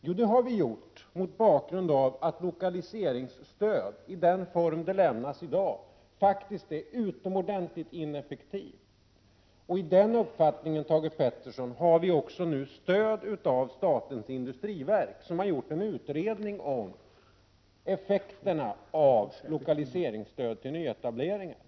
Jo, det har vi gjort därför att lokaliseringsstödet i sin nuvarande form faktiskt är utomordentligt ineffektivt. I fråga om den uppfattningen, Thage G Peterson, får vi nu också stöd av statens industriverk, som har utrett effekterna av lokaliseringsstöd till nyetableringar.